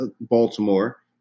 Baltimore